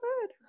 good